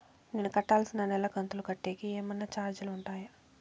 నేను కట్టాల్సిన నెల కంతులు కట్టేకి ఏమన్నా చార్జీలు ఉంటాయా?